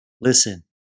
listen